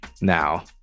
now